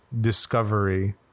discovery